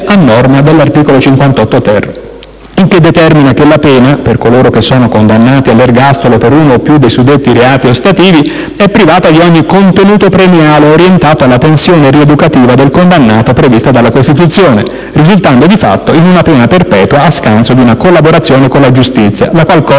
a norma dell'articolo 58-*ter*»; il che determina che la pena, per coloro che sono condannati all'ergastolo per uno o più dei suddetti reati «ostativi», è privata di ogni contenuto premiale orientato alla tensione rieducativa del condannato prevista dalla Costituzione, risultando di fatto una pena perpetua a scanso di una collaborazione con la giustizia (la qual cosa